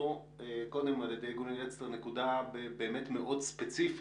קודם על ידי גוני לצטר נקודה מאוד ספציפית